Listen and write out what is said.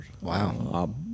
Wow